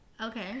okay